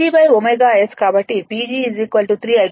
కాబట్టి PG 3 I22 r2'ωS